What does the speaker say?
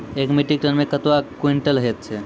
एक metric ton मे कतवा क्वींटल हैत छै?